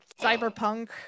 cyberpunk